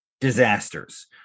disasters